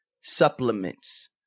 Supplements